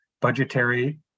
Budgetary